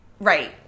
Right